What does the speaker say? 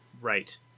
Right